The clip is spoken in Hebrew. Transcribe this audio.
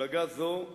מפלגה זו,